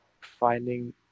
finding